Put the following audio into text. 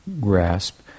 grasp